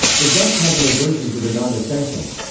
the dutch have an aversion to the non-essential.